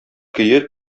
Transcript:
көе